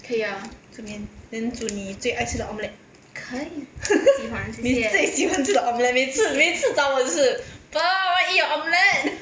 煮面 then 煮你最爱吃的 omelette 你最喜欢吃的 omelette 每次每次找我就是 pearl I want to eat your omelette